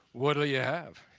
what'll you have?